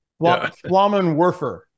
Flammenwerfer